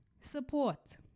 support